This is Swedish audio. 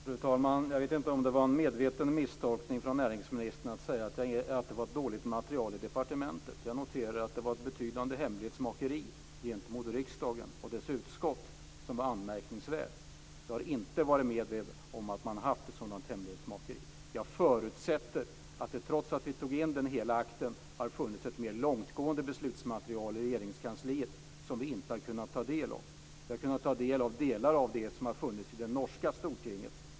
Fru talman! Jag vet inte om det var en medveten misstolkning från näringsministerns sida när han sade att det var ett dåligt material i departementet. Jag noterade att det var ett betydande hemlighetsmakeri gentemot riksdagen och dess utskott, vilket är anmärkningsvärt. Jag har inte varit med om att man har haft ett sådant hemlighetsmakeri tidigare. Jag förutsätter att det, trots att vi tog in hela akten, har funnits ett mer långtgående beslutsmaterial i Regeringskansliet som vi inte har kunnat ta del av. Vi har kunnat ta del av delar av det som har funnits i det norska stortinget.